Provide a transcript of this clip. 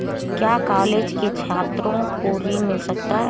क्या कॉलेज के छात्रो को ऋण मिल सकता है?